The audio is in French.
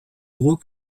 gros